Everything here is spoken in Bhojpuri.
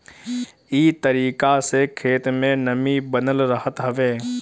इ तरीका से खेत में नमी बनल रहत हवे